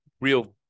real